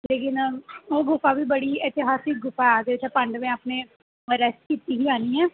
कश्मीर जाइयै निकलदी ऐ इसकरी ज्यादा अंदर जान नीं दिंदे हैन